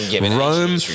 Rome